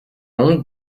honte